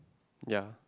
ya